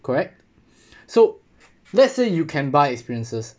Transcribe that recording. correct so let's say you can buy experiences